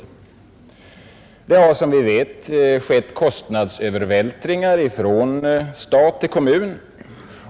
För det första har det, som vi vet, skett kostnadsövervältringar från stat till kommun.